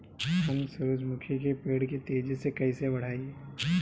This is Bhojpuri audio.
हम सुरुजमुखी के पेड़ के तेजी से कईसे बढ़ाई?